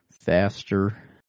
faster